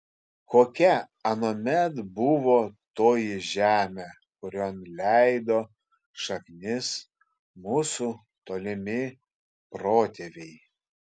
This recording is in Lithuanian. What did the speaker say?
kokia anuomet buvo toji žemė kurion leido šaknis mūsų tolimi protėviai